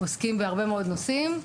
עוסקים בהרבה מאוד נושאים.